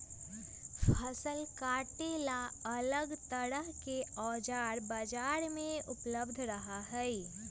फसल काटे ला अलग तरह के औजार बाजार में उपलब्ध रहा हई